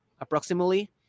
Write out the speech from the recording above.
approximately